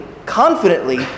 confidently